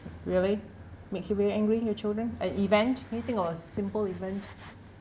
really makes you very angry your children an event can you think of a simple event